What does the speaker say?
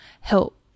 help